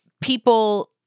people